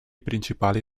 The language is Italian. principali